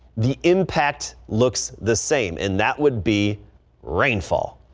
the impact looks the same in that would be rainfall.